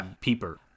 peeper